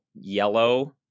yellow